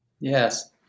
Yes